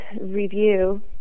review